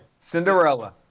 Cinderella